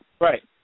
Right